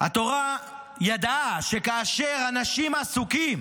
התורה ידעה שכאשר אנשים עסוקים